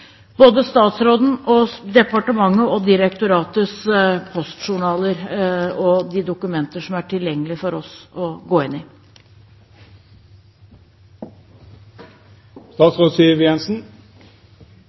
både statsrådens, departementets og direktoratets postjournaler og i de dokumentene som er tilgjengelige for oss å gå inn